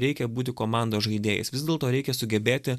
reikia būti komandos žaidėjais vis dėlto reikia sugebėti